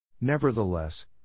Nevertheless